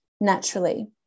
naturally